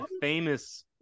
famous